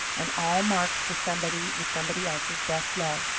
and all marked for somebody with somebody else's best love.